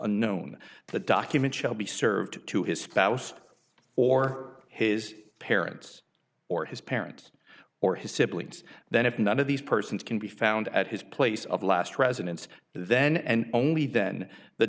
unknown the document shall be served to his spouse or his parents or his parents or his siblings then if none of these persons can be found at his place of last residence then and only then the